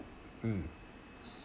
mm